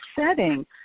setting